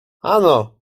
ano